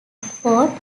fort